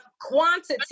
quantity